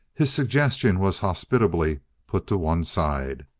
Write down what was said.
his suggestion was hospitably put to one side.